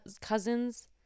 cousins